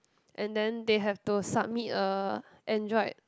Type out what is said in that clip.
and then they have to submit a android